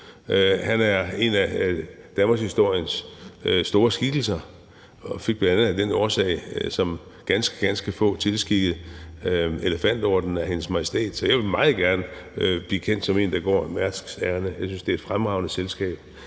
Han er en af danmarkshistoriens store skikkelser og fik bl.a. af den årsag som ganske, ganske få tilskikket Elefantordenen af Hendes Majestæt. Så jeg vil meget gerne blive kendt som en, der går Mærsks ærinde. Jeg synes, det er et fremragende selskab.